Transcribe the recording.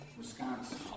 Wisconsin